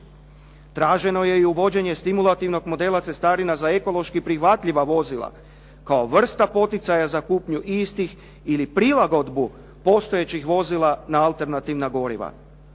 Traženo je i uvođenje stimulativnog modela cestarina za ekološki prihvatljiva vozila kao vrsta poticaja za kupnju istih ili prilagodbu postojećih vozila na alternativna goriva.